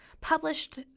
published